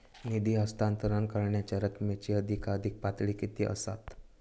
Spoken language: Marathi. निधी हस्तांतरण करण्यांच्या रकमेची अधिकाधिक पातळी किती असात?